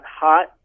hot